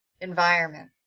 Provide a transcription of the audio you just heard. environment